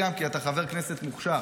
כי אתה חבר כנסת מוכשר.